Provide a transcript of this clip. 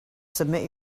submit